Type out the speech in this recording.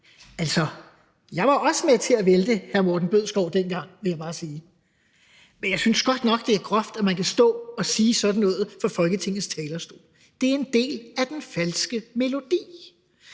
Altså, jeg var også med til at vælte hr. Morten Bødskov dengang, vil jeg bare sige. Jeg synes godt nok, det er groft, at man kan stå og sige sådan noget fra Folketingets talerstol. Det er en del af den falske melodi,